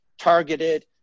targeted